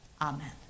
Amen